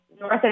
North